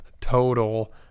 total